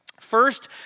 First